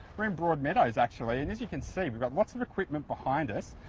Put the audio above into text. we're in broadmeadows, actually, and as you can see we've got lots of equipment behind us.